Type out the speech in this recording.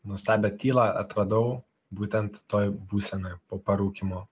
nuostabią tylą atradau būtent toj būsenoj po parūkymo